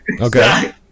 Okay